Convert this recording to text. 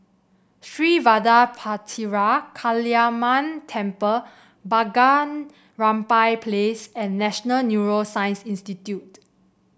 Sri Vadapathira Kaliamman Temple Bunga Rampai Place and National Neuroscience Institute